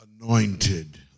anointed